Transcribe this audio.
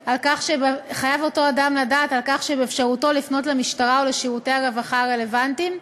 על כך שבאפשרותו לפנות למשטרה או לשירותי הרווחה הרלוונטיים,